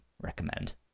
recommend